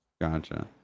Gotcha